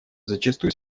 зачастую